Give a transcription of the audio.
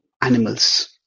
animals